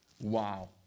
Wow